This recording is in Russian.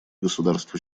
государств